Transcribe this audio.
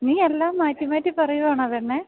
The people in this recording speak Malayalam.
നീ എല്ലാം മാറ്റി മാറ്റി പറയുവാണോ പെണ്ണേ